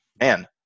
man